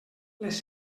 les